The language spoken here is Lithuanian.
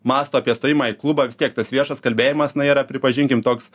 mąsto apie stojimą į klubą vis tiek tas viešas kalbėjimas na yra pripažinkim toks